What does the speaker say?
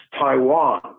taiwan